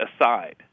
aside